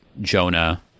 Jonah